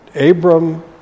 Abram